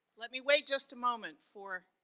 let me wait just a moment for